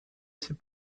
ses